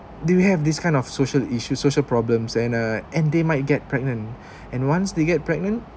do you have this kind of social issue social problems and uh and they might get pregnant and once they get pregnant